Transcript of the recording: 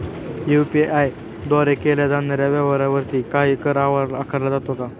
UPI द्वारे केल्या जाणाऱ्या व्यवहारावरती काही कर आकारला जातो का?